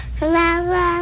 Mama